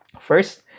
First